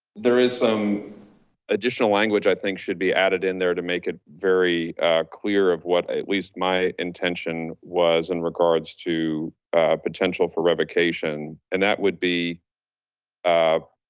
there is. um additional language i think should be added in there to make it very clear of what at least my intention was in regards to a potential for revocation. and that would be a.